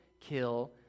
kill